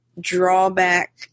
drawback